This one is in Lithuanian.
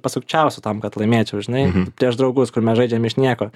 pasukčiausiu tam kad laimėčiau žinai prieš draugus kur mes žaidžiam iš nieko